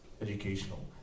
educational